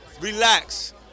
Relax